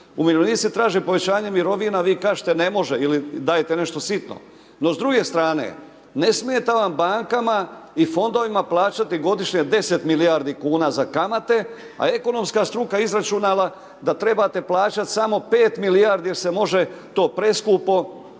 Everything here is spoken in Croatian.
Umirovljenici traže povećanje mirovina, vi kažete ne može ili dajete nešto sitno. No s druge strane, ne smijete onda bankama i fondovima plaćati godišnje 10 milijardi kuna za kamate a ekonomska struka je izračunala da trebate plaćati samo 5 milijardi jer se može to preskupo